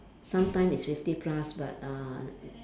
sometimes it's fifty plus but uh